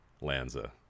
Lanza